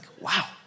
wow